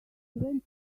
went